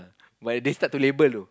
but they start to label though